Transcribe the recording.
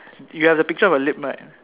you have the picture of a lip right